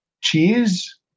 cheese